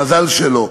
מזל שלא.